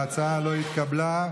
ההצעה לא התקבלה.